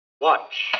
Watch